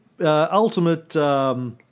ultimate